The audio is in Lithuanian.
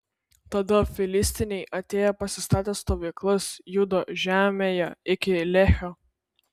tada filistinai atėję pasistatė stovyklas judo žemėje iki lehio